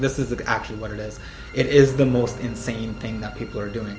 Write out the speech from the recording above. this is actually what it is it is the most insane thing that people are doing